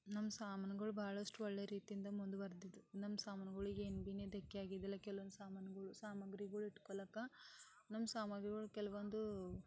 ನಮ್ಮ ಸಾಮಾನುಗಳು ಬಹಳಷ್ಟು ಒಳ್ಳೆ ರೀತಿಯಿಂದ ಮುಂದುವರ್ದಿತ್ತು ನಮ್ಮ ಸಾಮಾನ್ಗಳಿಗೆ ಏನು ಭೀ ಧಕ್ಕೆ ಆಗಿದ್ದಿಲ್ಲ ಕೆಲವೊಂದು ಸಾಮಾನುಗಳು ಸಾಮಾಗ್ರಿಗಳು ಇಟ್ಕೊಳ್ಳೋಕೆ ನಮ್ಮ ಸಾಮಾಗ್ರಿಗಳು ಕೆಲವೊಂದು